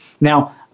Now